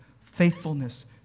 faithfulness